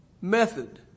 method